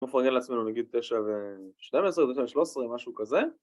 אנחנו נפרגן לעצמנו נגיד 9 ו-12, 13 משהו כזה